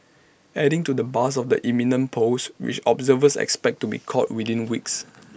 adding to the buzz of the imminent polls which observers expect to be called within weeks